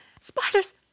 Spiders